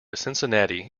cincinnati